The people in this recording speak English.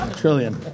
trillion